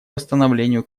восстановлению